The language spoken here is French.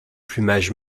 plumage